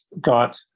got